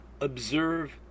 observe